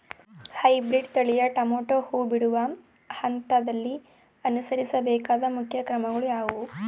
Hybrid ತಳಿಯ tomato ಹೂ ಬಿಡುವ ಹಂತದಲ್ಲಿ ಅನುಸರಿಸಬೇಕಾದ ಮುಖ್ಯ ಕ್ರಮಗಳು ಯಾವುವು?